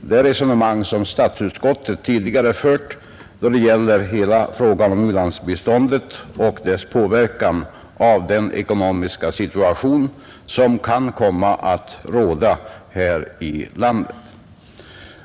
det resonemang som statsutskottet tidigare fört då det gäller hela frågan om u-landsbiståndet och den påverkan på u-hjälpen som den ekonomiska situation som då kan komma att råda här i landet kan komma att få.